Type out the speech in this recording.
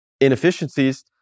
inefficiencies